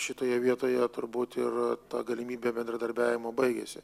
šitoje vietoje turbūt ir ta galimybė bendradarbiavimo baigėsi